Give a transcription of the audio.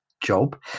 job